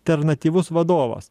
alternatyvus vadovas